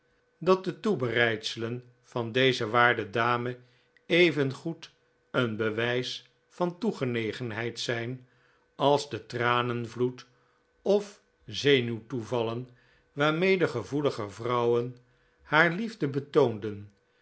dat de toebereidselen van deze waarde dame evengoed een bewijs van toegenegenheid zijn als de tranenvloed of zenuwtoevallen waarmee gevoeliger vrouwen haar liefde betoonden